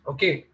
Okay